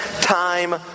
time